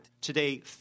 Today